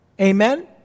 Amen